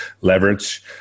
leverage